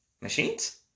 machines